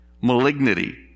malignity